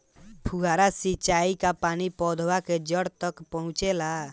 फुहारा सिंचाई का पानी पौधवा के जड़े तक पहुचे ला?